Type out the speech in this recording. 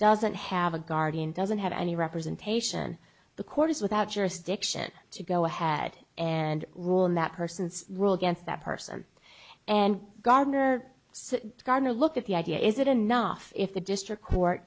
doesn't have a guardian doesn't have any representation the court is without jurisdiction to go ahead and rule in that person's rule against that person and gardner so gonna look at the idea is it enough if the district court